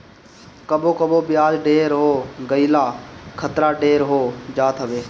कबो कबो बियाज ढेर हो गईला खतरा ढेर हो जात हवे